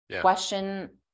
question